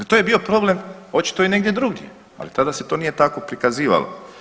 Pa to je bio problem očito i negdje drugdje, ali tada se to nije tako prikazivalo.